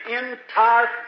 entire